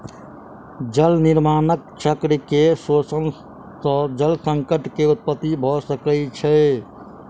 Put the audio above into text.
जल निर्माण चक्र के शोषण सॅ जल संकट के उत्पत्ति भ सकै छै